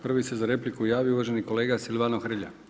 Prvi se za repliku javio uvaženi kolega Silvano Hrelja.